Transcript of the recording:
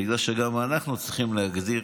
בגלל שגם אנחנו צריכים להגדיר